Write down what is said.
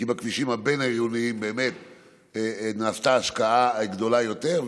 כי בכבישים הבין-עירוניים נעשתה השקעה גדולה יותר,